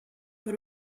per